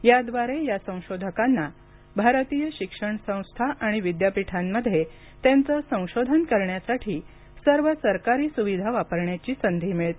याद्वारे या संशोधकांना भारतीय शिक्षण संस्था आणि विद्यापीठांमध्ये त्यांचं संशोधन करण्यासाठी सर्व सरकारी सुविधा वापरण्याची संधी मिळते